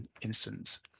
instance